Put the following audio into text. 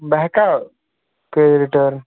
بہٕ ہٮ۪کا کٔرِتھ رِٹٲرٕن